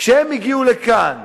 כשהם הגיעו לכאן,